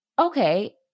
okay